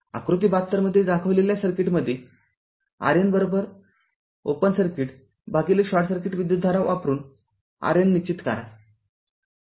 आकृती ७२ मध्ये दाखविलेल्या सर्किटमध्ये RN ओपन सर्किट भागिले शॉर्ट सर्किट विद्युतधारा वापरून RN निश्चित करा